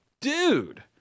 Dude